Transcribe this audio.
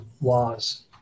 laws